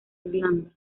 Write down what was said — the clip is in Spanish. irlanda